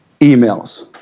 emails